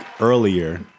earlier